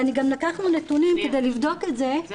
גם לקחנו נתונים כדי לבדוק את זה --- אלה